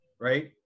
Right